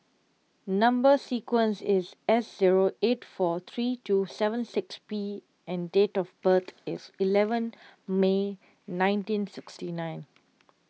Number Sequence is S zero eight four three two seven six P and date of birth is eleven May nineteen sixty nine